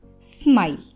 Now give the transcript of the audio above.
Smile